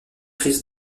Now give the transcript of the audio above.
crise